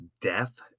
death